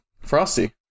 Frosty